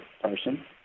person